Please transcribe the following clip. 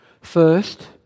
First